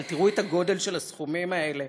אבל תראו את הגודל של הסכומים האלה.